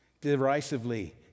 Derisively